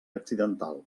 accidental